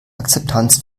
akzeptanz